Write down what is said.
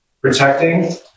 protecting